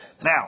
Now